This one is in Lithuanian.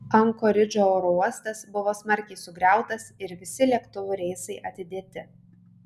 ankoridžo oro uostas buvo smarkiai sugriautas ir visi lėktuvų reisai atidėti